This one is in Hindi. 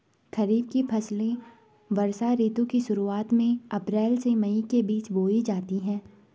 खरीफ की फसलें वर्षा ऋतु की शुरुआत में, अप्रैल से मई के बीच बोई जाती हैं